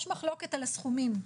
יש מחלוקת על הסכומים.